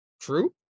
True